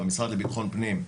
המשרד לביטחון פנים,